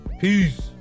Peace